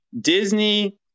disney